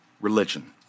religion